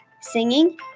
Singing